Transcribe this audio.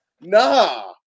Nah